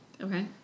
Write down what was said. Okay